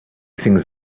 things